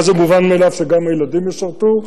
ואז זה מובן מאליו שגם הילדים ישרתו,